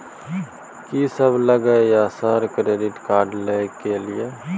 कि सब लगय हय सर क्रेडिट कार्ड लय के लिए?